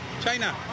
China